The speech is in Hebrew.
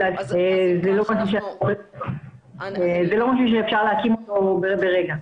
זה לא משהו שאפשר להקים אותו ברגע.